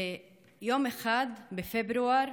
יום אחד בפברואר